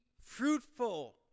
fruitful